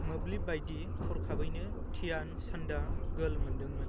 मोब्लिब बायदि हरखाबैनो ध्यान चन्दा गौल मोनदोंमोन